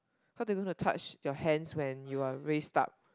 how do you wanna touch your hands when you are raised up